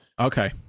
Okay